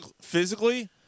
Physically